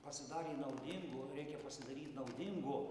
pasidarė naudingų reikia pasidaryt naudingu